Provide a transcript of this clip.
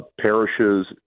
parishes